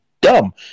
dumb